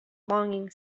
longing